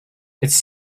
its